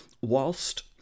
whilst